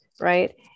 right